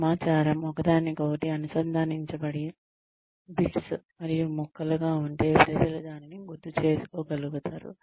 సమాచారం ఒకదానికొకటి అనుసంధానించబడని బిట్స్ మరియు ముక్కలుగా ఉంటే ప్రజలు దానిని గుర్తుంచుకోలేరు